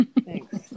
Thanks